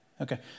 Okay